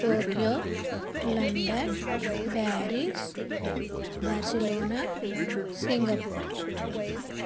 Tokyo London Paris Barcelona Singapore